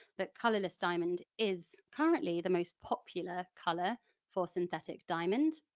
but colourless diamond is currently the most popular colour for synthetic diamond.